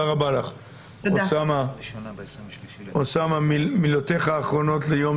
אוסאמה, מילותיך האחרונות לדיון